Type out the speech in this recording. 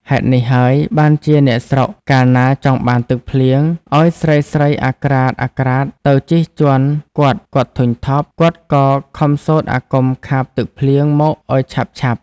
ហេតុនេះហើយ បានជាអ្នកស្រុក កាលណាចង់បានទឹកភ្លៀង ឲ្យស្រីៗអាក្រាតៗទៅជិះជាន់គាត់ៗ ធុញថប់ គាត់ក៏ខំសូត្រអាគមខាបទឹកភ្លៀងមកឲ្យឆាប់ៗ។